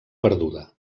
perduda